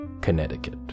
Connecticut